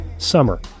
summer